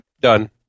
done